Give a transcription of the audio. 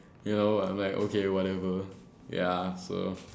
you know I'm like okay whatever ya so